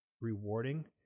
rewarding